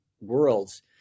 worlds